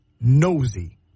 nosy